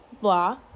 Blah